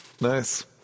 Nice